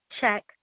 check